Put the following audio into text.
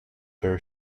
her